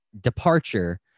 departure